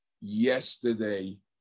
yesterday